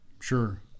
Sure